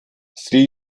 sri